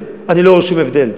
אני לא רואה שום הבדל.